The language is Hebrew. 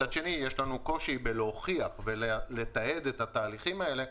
מצד שני יש לנו קושי להוכיח ולתעד את התהליכים האלה,